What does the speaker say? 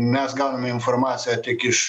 mes gauname informaciją tik iš